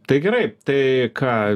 tai gerai tai ką